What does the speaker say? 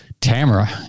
Tamara